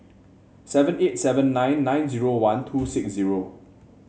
seven eight seven nine nine zero one two six zero